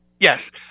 Yes